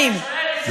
שנים.